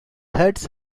herds